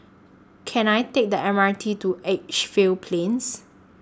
Can I Take The M R T to Edgefield Plains